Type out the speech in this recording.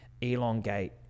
elongate